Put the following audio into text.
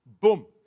Boom